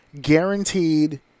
guaranteed